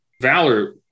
Valor